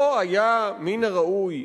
לא היה מן הראוי,